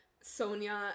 Sonia